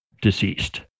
deceased